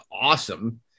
awesome